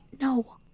No